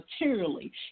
materially